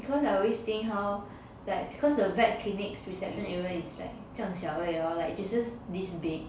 because I always think how like because the vet clinics reception area is like 这样小而已 lor like 只是 this big